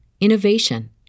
innovation